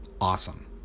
awesome